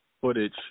footage